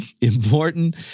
important